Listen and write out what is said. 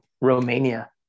Romania